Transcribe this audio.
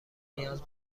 نیاز